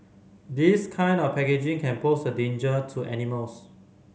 this kind of packaging can pose a danger to animals